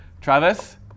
Travis